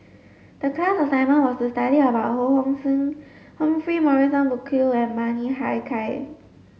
the class assignment was to study about Ho Hong Sing Humphrey Morrison Burkill and Bani Haykal